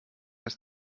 ist